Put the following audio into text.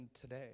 today